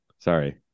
Sorry